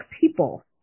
people